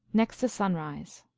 next to sunrise.